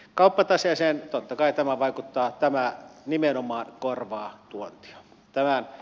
kauppataseeseen totta kai tämä vaikuttaa tämä nimenomaan korvaa tuontia